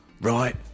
Right